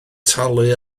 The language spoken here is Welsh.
talu